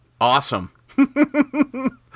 awesome